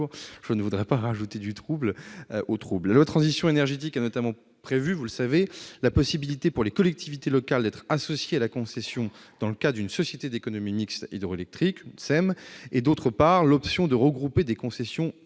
mes notes pour ne pas ajouter du trouble au trouble. La transition énergétique a notamment prévu la possibilité pour les collectivités locales d'être associées à la concession dans le cadre d'une société d'économie mixte hydroélectrique et a retenu l'option de regrouper des concessions hydrauliques